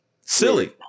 silly